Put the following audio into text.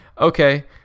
Okay